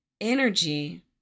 Energy